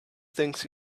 things